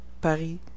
Paris